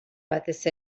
batez